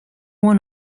one